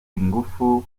ingufu